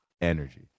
energy